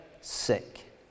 sick